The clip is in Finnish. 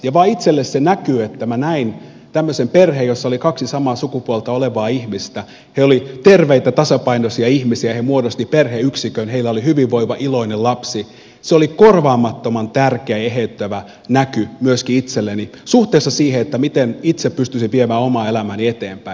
ja itselleni vain se näky että minä näin tämmöisen perheen jossa oli vanhempina kaksi samaa sukupuolta olevaa ihmistä he olivat terveitä tasapainoisia ihmisiä he muodostivat perheyksikön heillä oli hyvinvoiva iloinen lapsi oli korvaamattoman tärkeä ja eheyttävä näky myöskin itselleni suhteessa siihen miten itse pystyisin viemään omaa elämääni eteenpäin